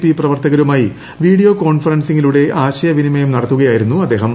P പ്രവർത്തകരുമായി video കോൺഫറൻസിലൂടെ ആശയ വിനിമയം നടത്തുകയായിരുന്നു അദ്ദേഹം